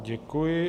Děkuji.